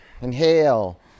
Inhale